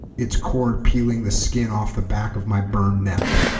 it's cord peeling the skin off the back of my burned neck